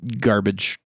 garbage